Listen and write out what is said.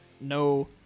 no